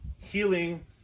healing